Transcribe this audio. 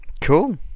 cool